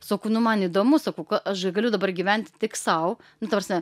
sakau nu man įdomu sakau aš galiu dabar gyventi tik sau nu ta prasme